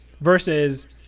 versus